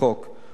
לחוק.